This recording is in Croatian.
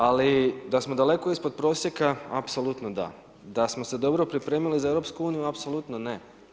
Ali da smo daleko ispod prosjeka, apsolutno da, da smo se dobro pripremili za EU, apsolutno ne.